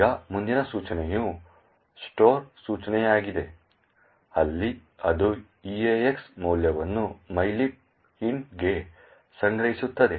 ಈಗ ಮುಂದಿನ ಸೂಚನೆಯು ಸ್ಟೋರ್ ಸೂಚನೆಯಾಗಿದೆ ಅಲ್ಲಿ ಅದು EAX ಮೌಲ್ಯವನ್ನು mylib int ಗೆ ಸಂಗ್ರಹಿಸುತ್ತದೆ